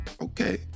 Okay